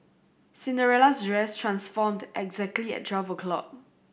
Cinderella's dress transformed exactly at twelve o'clock